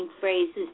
phrases